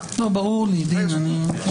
בסדר גמור, אני לומד.